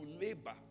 labor